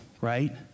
right